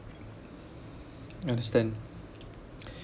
understand